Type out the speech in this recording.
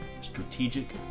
strategic